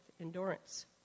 endurance